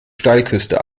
steilküste